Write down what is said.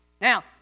Now